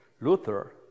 Luther